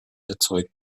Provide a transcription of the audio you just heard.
erzeugt